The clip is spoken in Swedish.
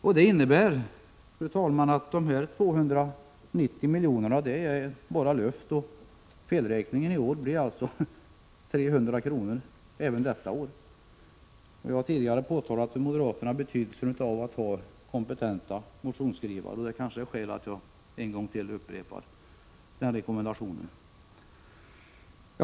Detta innebär, fru talman, att dessa 290 miljoner bara är luft, och det blir även detta år en felräkning på 300 milj.kr. Jag har tidigare påpekat för moderaterna att det är betydelsefullt att ha kompetenta motionsskrivare, och det finns kanske skäl för mig att upprepa denna rekommendation.